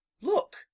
look